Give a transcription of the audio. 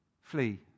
flee